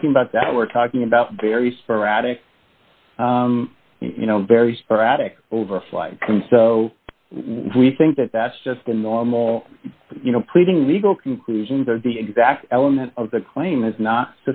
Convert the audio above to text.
talking about that we're talking about very sporadic you know very sporadic overflight some so we think that that's just the normal you know pleading legal conclusions or the exact element of the claim is not